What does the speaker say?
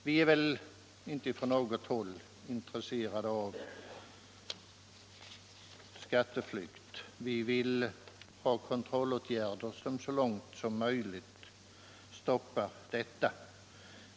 Vi är väl inte från något håll intresserade av skatteflykt. Vi vill ha kontrollåtgärder som så långt möjligt stoppar en sådan.